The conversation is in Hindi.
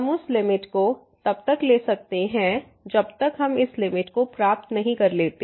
हम उस लिमिट को तब तक ले सकते हैं जब तक हम इस लिमिट को प्राप्त नहीं कर लेते